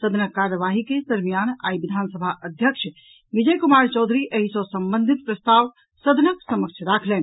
सदनक कार्यवाही के दरमियान आइ विधानसभा अध्यक्ष विजय कुमार चौधरी एहि सॅ संबंधित प्रस्ताव सदनक समक्ष राखलनि